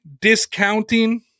discounting